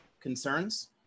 concerns